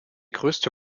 größte